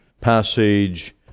passage